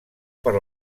per